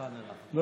ח'אן אל-אחמר.